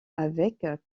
avec